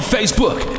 Facebook